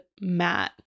Matt